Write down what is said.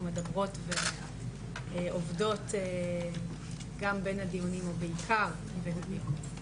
מדברות ועובדות גם בין הדיונים או בעיקר בין הדיונים.